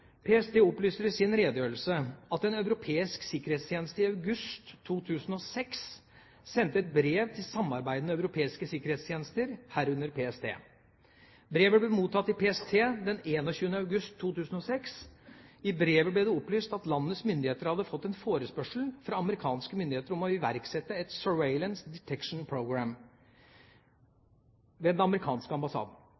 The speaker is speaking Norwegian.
PST opplyser i sin redegjørelse at en europeisk sikkerhetstjeneste i august 2006 sendte et brev til samarbeidende europeiske sikkerhetstjenester, herunder PST. Brevet ble mottatt i PST den 21. august 2006. I brevet ble det opplyst at landets myndigheter hadde fått en forespørsel fra amerikanske myndigheter om å iverksette et «Surveillance Detection Program